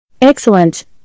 Excellent